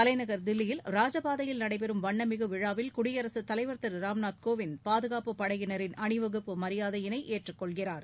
தலைநகர் தில்லியில் ராஜபாதையில் நடைபெறும் வண்ணமிகு விழாவில் குடியரசுத் தலைவர் திரு ராம்நாத் கோவிந்த் பாதுகாப்பு படையினரின் அணிவகுப்பு மரியாதையினை ஏற்றுக்கொள்கிறார்